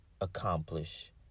accomplish